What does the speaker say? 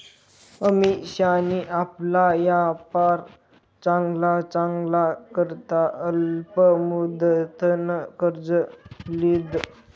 अमिशानी आपला यापार चांगला चालाना करता अल्प मुदतनं कर्ज ल्हिदं